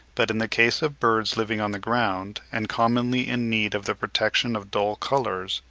but in the case of birds living on the ground and commonly in need of the protection of dull colours,